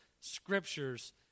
scriptures